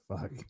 fuck